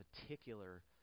particular